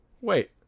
Wait